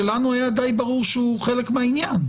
שלנו היה די ברור שהוא חלק מהעניין.